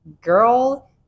girl